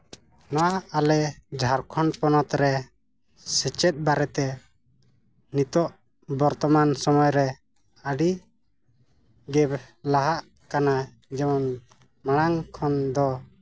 ᱱᱚᱣᱟ ᱟᱞᱮ ᱡᱷᱟᱲᱠᱷᱚᱸᱰ ᱯᱚᱱᱚᱛ ᱨᱮ ᱥᱮᱪᱮᱫ ᱵᱟᱨᱮᱛᱮ ᱱᱤᱛᱚᱜ ᱵᱚᱨᱛᱚᱢᱟᱱ ᱥᱚᱢᱚᱭ ᱨᱮ ᱟᱹᱰᱤ ᱞᱟᱦᱟᱜ ᱠᱟᱱᱟ ᱡᱮᱢᱚᱱ ᱢᱟᱲᱟᱝ ᱠᱷᱚᱱ ᱫᱚ